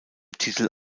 titel